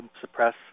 suppress